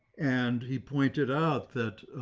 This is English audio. and he pointed out that